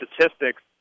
statistics